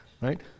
Right